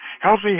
Healthy